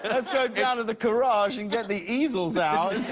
and let's go o down to the garage and get the easels out.